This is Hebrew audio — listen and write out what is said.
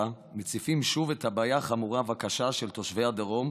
מציפים שוב את הבעיה החמורה והקשה של תושבי הדרום,